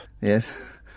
Yes